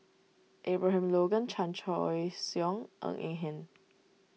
Abraham Logan Chan Choy Siong Ng Eng Hen